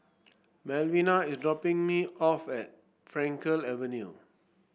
Melvina is dropping me off at Frankel Avenue